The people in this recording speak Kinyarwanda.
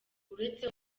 uretse